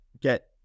get